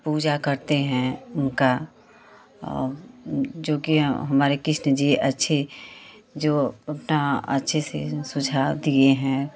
पूजा करते हैं उनका जो कि हमारे कृष्ण जी अच्छे जो अपना अच्छे से सुझाव दिए हैं